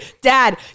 dad